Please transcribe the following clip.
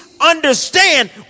understand